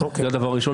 זה הדבר הראשון.